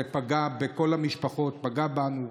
זה פגע בכל המשפחות, פגע בנו.